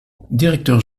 directeur